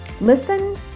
Listen